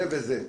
זה וזה.